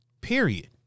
Period